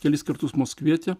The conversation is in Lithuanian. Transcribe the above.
kelis kartus mus kvietė